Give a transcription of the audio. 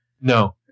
no